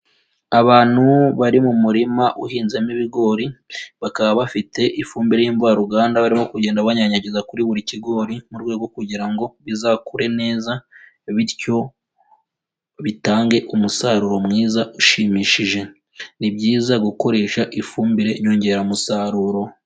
Abantu bari mu murima uhinzemo ibigori, bakaba bafite ifumbire y'imvaruganda, barimo kugenda banyanyagiza kuri buri kigori mu rwego kugira ngo bizakure neza, bityo bitange umusaruro mwiza ushimishije. Ni byiza gukoresha ifumbire nyongeramusaruro.